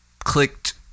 Clicked